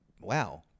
Wow